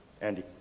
Andy